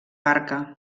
barca